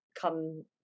come